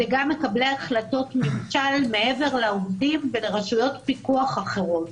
זה גם מקבלי ההחלטות ממשל מעבר לעובדים ולרשויות פיקוח אחרות.